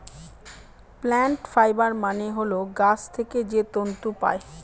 plant fibre মানে হল গাছ থেকে যে তন্তু পায়